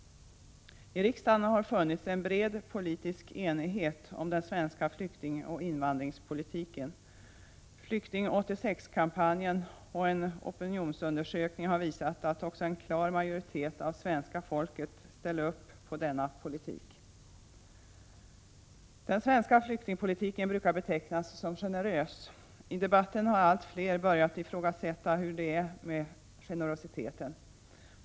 I riksdagen har det funnits en bred politisk enighet om den svenska flyktingoch invandringspolitiken. Flykting 86-kampanjen och en opinionsundersökning har visat att också en klar majoritet av svenska folket sluter upp bakom denna politik. Den svenska flyktingpolitiken brukar betecknas som generös. I debatten har allt fler börjat ifrågasätta hur det är med generositeten.